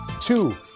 Two